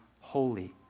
holy